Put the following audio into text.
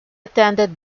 attended